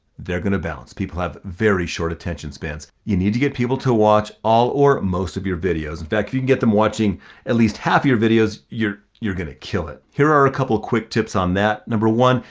they're gonna balance, people have very short attention spans. you need to get people to watch all or most of your videos. in fact, if you can get them watching at least half your videos, you're gonna kill it. here are a couple of quick tips on that. number one,